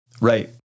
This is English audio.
Right